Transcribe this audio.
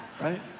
Right